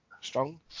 strong